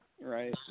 Right